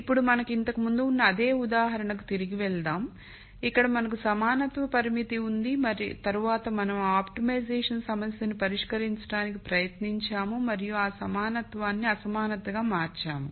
ఇప్పుడు మనకు ఇంతకుముందు ఉన్న అదే ఉదాహరణకి తిరిగి వెళ్దాం ఇక్కడ మనకు సమానత్వ పరిమితి ఉంది తరువాత మనం ఆ ఆప్టిమైజేషన్ సమస్యను పరిష్కరించడానికి ప్రయత్నించాము మరియు ఆ సమానత్వాన్ని అసమానతగా మార్చాము